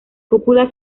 cúpula